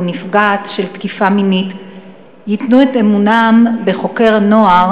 נפגעת של תקיפיה מינית ייתנו את אמונם בחוקר נוער,